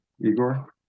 Igor